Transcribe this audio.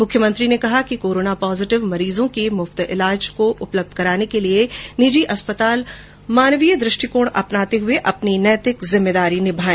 मुख्यमंत्री ने कहा कि कोरोना पॉजिटिव मरीजों को निःशुल्क ईलाज उपलब्ध कराने के लिए निजी अस्पताल मानवीय दृष्टिकोण अपनाते हुए अपनी नैतिक जिम्मेदारी निभाए